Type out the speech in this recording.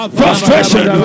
frustration